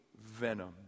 venom